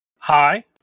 Hi